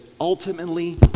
ultimately